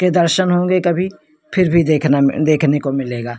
के दर्शन होंगे कभी फिर भी देखना देखने को मिलेगा